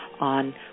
on